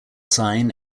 sign